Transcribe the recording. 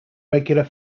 regular